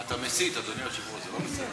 אתה מסית, אדוני היושב-ראש, זה לא בסדר.